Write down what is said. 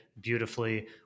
beautifully